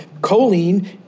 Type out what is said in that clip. Choline